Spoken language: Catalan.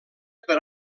per